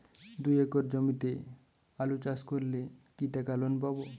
দুই একর জমিতে আলু চাষ করলে কি টাকা লোন পাবো?